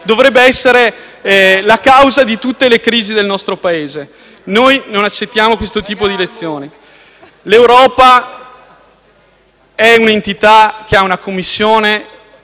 dovrebbe essere la causa di tutte le crisi del nostro Paese. *(Commenti dal Gruppo PD).* Non accettiamo questo tipo di lezione. L'Europa è un'entità che ha una Commissione